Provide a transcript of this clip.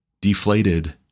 deflated